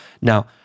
Now